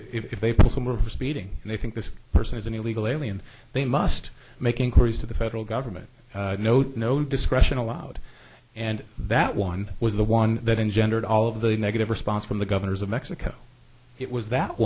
for speeding and they think this person is an illegal alien they must make inquiries to the federal government note no discretion allowed and that one was the one that engendered all of the negative response from the governors of mexico it was that